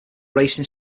racing